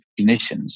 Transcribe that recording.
clinicians